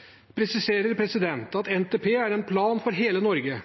at NTP er en plan for hele Norge,